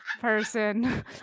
person